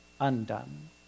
undone